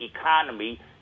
economy